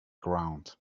ground